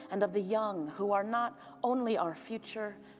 and of the young. who are not only our future,